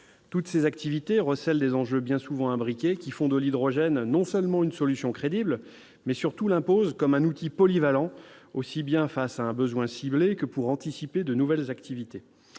Toutes ces activités recèlent des enjeux bien souvent imbriqués, qui font de l'hydrogène non seulement une solution crédible, mais surtout l'imposent comme un outil polyvalent, aussi bien face à un besoin ciblé que pour anticiper de nouvelles activités.